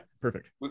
perfect